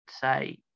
say